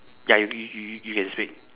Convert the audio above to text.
ya you you you can speak